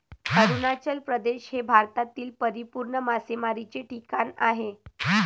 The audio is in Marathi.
अरुणाचल प्रदेश हे भारतातील परिपूर्ण मासेमारीचे ठिकाण आहे